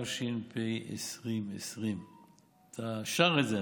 התש"ף 2020. אתה שר את זה,